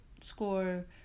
Score